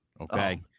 okay